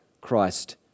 Christ